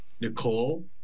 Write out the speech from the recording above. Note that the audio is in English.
Nicole